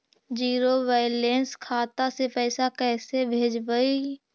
Zero balance खाता से पैसा कैसे भेजबइ?